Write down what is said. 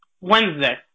Wednesday